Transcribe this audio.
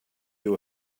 you